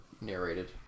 narrated